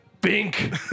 bink